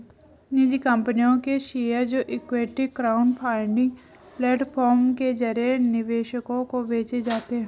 निजी कंपनियों के शेयर जो इक्विटी क्राउडफंडिंग प्लेटफॉर्म के जरिए निवेशकों को बेचे जाते हैं